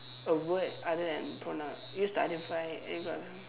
a word other than pronoun use to identify any cla~